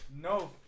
No